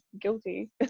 guilty